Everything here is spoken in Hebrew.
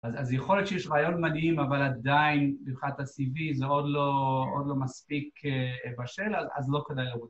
אז יכול להיות שיש רעיון מדהים, אבל עדיין, במיוחד ה-CV, זה עוד לא מספיק בשל, אז לא כדאי לראות.